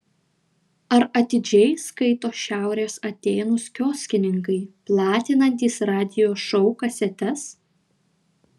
ar atidžiai skaito šiaurės atėnus kioskininkai platinantys radijo šou kasetes